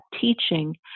teaching